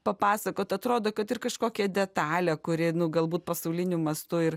papasakot atrodo kad ir kažkokią detalę kuri nu galbūt pasauliniu mastu ir